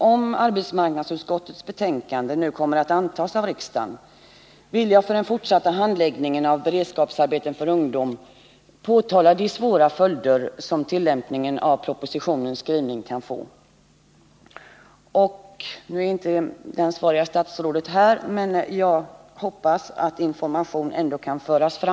Om riksdagen nu bifaller vad arbetsmarknadsutskottet hemställer i sitt betänkande vill jag för den fortsatta handläggningen av frågan om beredskapsarbeten för ungdom påtala de svåra följder som detta kommer att få. Nu är inte det ansvariga statsrådet här, men jag hoppas att han får information om vad som sägs här.